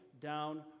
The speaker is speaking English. down